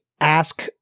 ask